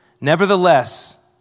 nevertheless